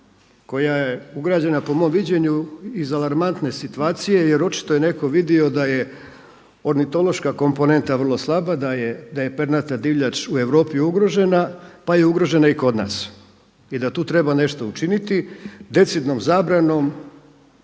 koja je ugrađena po mom viđenju iz alarmantne situacije jer očito je netko vidio da je ornitološka komponenta vrlo slaba, da je pernata divljač u Europi ugrožena pa je ugrožena i kod nas i da tu treba nešto učiniti, decidnom zabranom